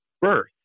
birth